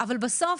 אבל בסוף